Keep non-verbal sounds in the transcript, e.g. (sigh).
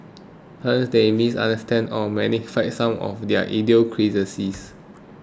(unintelligible) we misunderstand or magnify some of their idiosyncrasies